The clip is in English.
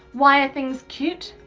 why are things cute?